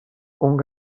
اون